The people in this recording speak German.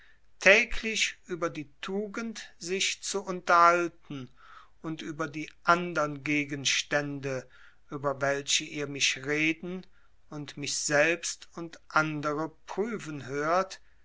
täglich über die tugend sich zu unterhalten und über die andern gegenstände über welche ihr mich reden und mich selbst und andere prüfen hört